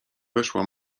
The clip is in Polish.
weszła